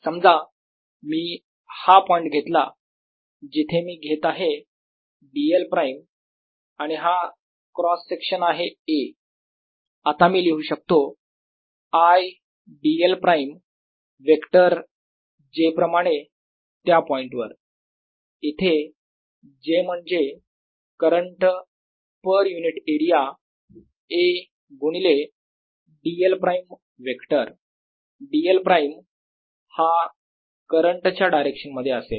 समजा मी हा पॉईंट घेतला जिथे मी घेत आहे dl प्राईम आणि हा क्रॉस सेक्शन आहे a आता मी लिहू शकतो I dl prime vector j प्रमाणे त्या पॉईंटवर इथे j म्हणजे current per unit area a गुणिले dl prime vector dl prime हा करंट च्या डायरेक्शन मध्ये असेल